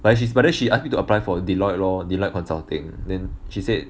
but then she's but then she ask me to apply for a deloitte lor deloitte consulting then she said